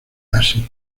así